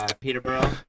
Peterborough